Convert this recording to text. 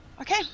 Okay